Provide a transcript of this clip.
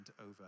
over